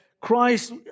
Christ